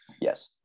Yes